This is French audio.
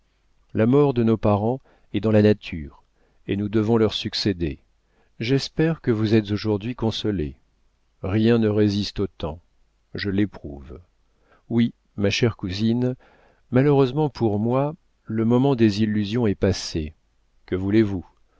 la mort de nos parents est dans la nature et nous devons leur succéder j'espère que vous êtes aujourd'hui consolée rien ne résiste au temps je l'éprouve oui ma chère cousine malheureusement pour moi le moment des illusions est passé que voulez-vous